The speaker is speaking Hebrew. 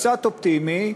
קצת אופטימי,